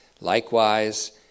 Likewise